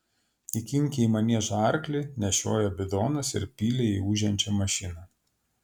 įkinkė į maniežą arklį nešiojo bidonus ir pylė į ūžiančią mašiną